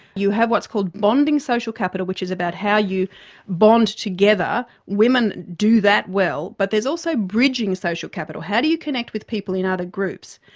you have what's called bonding social capital, which is about how you bond together. women do that well but there's also bridging social capital how do you connect with people in other groups?